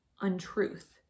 untruth